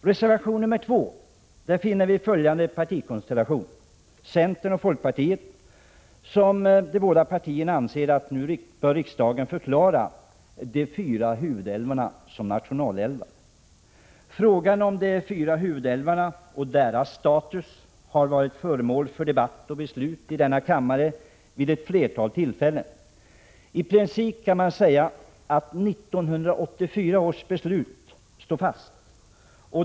I reservation nr 2 finner vi partikonstellationen centern och folkpartiet, som båda anser att riksdagen nu bör förklara de fyra huvudälvarna som nationalälvar. Frågan om de fyra huvudälvarna och deras status har varit föremål för debatt och beslut i denna kammare vid ett flertal tillfällen. I princip kan man säga att 1984 års riksdagsbeslut står fast.